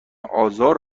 آزار